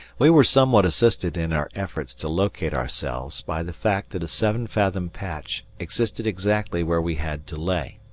we were somewhat assisted in our efforts to locate ourselves by the fact that a seven-fathom patch existed exactly where we had to lay.